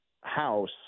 house